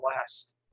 last